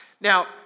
Now